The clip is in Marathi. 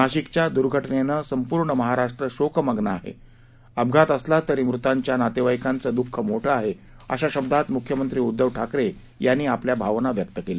नाशिकच्या दुर्घटनेनं संपूर्ण महाराष्ट्र शोकमग्न आहे अपघात असला तरी मृतांच्या नातेवाईकांचे दुःख मोठे आहे अशा शब्दांत मुख्यमंत्री उद्धव ठाकरे यांनी आपल्या भावना व्यक्त केल्या